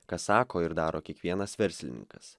ką sako ir daro kiekvienas verslininkas